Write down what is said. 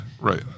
Right